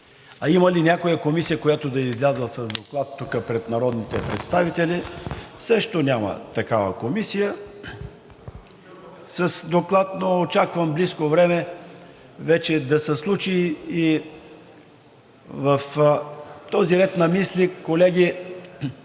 А има ли някоя комисия, която да е излязла с доклад тук пред народните представители? Също няма такава комисия с доклад, но очаквам в близко време вече да се случи. В този ред на мисли, колеги,